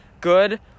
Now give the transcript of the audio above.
good